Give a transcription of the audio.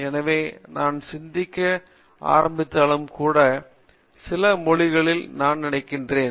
எனவே நான் சிந்திக்க ஆரம்பித்தாலும்கூட சில மொழியில் நான் நினைக்கிறேன்